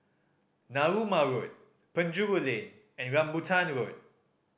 Narooma Road Penjuru Lane and Rambutan Road